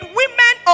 women